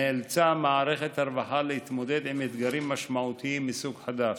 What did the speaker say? נאלצה מערכת הרווחה להתמודד עם אתגרים משמעותיים מסוג חדש: